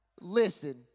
Listen